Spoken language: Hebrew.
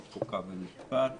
והחליטה לגבש את החוקים שיש עליהם